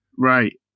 Right